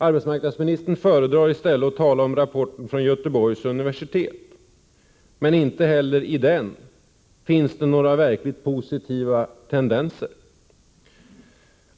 Arbetsmarknadsministern föredrar i stället att tala om rapporten från Göteborgs universitet. Men inte heller i den finns det några verkligt positiva tendenser.